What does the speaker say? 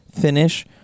finish